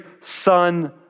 Son